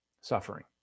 suffering